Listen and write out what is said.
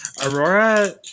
Aurora